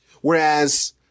Whereas